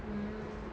mm